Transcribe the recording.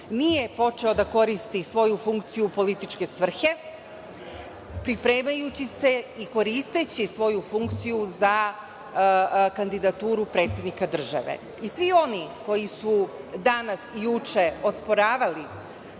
nije počeo da koristi svoju funkciju u političke svrhe, pripremajući se i koristeći svoju funkciju za kandidaturu predsednika države. Svi oni koji su danas i juče osporavali